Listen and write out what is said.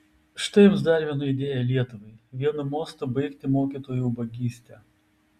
štai jums dar viena idėja lietuvai vienu mostu baigti mokytojų ubagystę